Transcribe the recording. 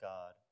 God